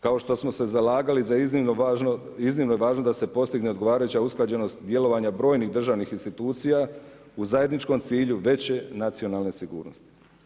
Kao što smo se zalagali za iznimno važnu da se postigne odgovarajuća usklađenost djelovanja brojnih državnih institucija u zajedničkom cilju veće nacionalne sigurnosti.